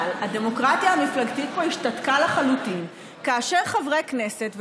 אבל הדמוקרטיה המפלגתית פה השתתקה לחלוטין כאשר חברי כנסת,